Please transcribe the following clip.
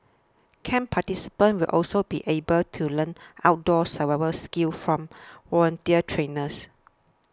camp participants will also be able to learn outdoor survival skills from voluntary trainers